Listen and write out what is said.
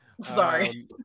Sorry